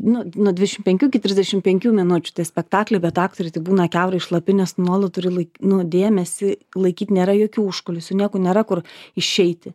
nu nuo dvidešimt penkių iki trisdešimt penkių minučių spektakly bet aktoriai tai būna kiaurai šlapi nes nuolat turi nu dėmesį laikyt nėra jokių užkulisių nieko nėra kur išeiti